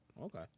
Okay